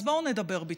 אז בואו נדבר ביטחון.